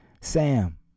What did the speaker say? Sam